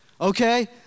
okay